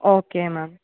okay ma'am